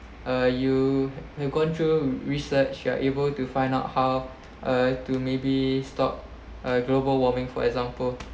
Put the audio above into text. uh you you gone through research you are able to find out how uh to maybe stop uh global warming for example